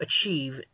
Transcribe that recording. achieve